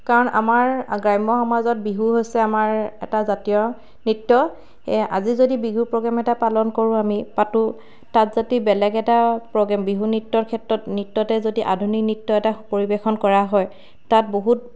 কাৰণ আমাৰ গ্ৰাম্য সমাজত বিহু হৈছে আমাৰ এটা জাতীয় নৃত্য সেয়ে আজি যদি বিহু প্ৰগ্ৰেম এটা পালন কৰোঁ আমি পাতোঁ তাত যদি বেলেগ এটা প্ৰগ্ৰেম বিহু নৃত্যৰ ক্ষেত্ৰত নৃত্যতে যদি আধুনিক নৃত্য এটা পৰিৱেশন কৰা হয় তাত বহুত